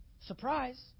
Surprise